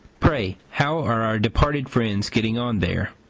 pray, how are our departed friends getting on there?